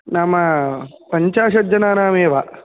नाम पञ्चाशज्जनानामेव